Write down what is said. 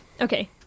Okay